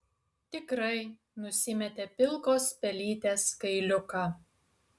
tikrai nusimetė pilkos pelytės kailiuką